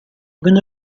venne